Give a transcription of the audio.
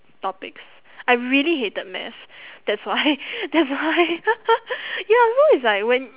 topics I really hated math that's why that's why ya so it's like when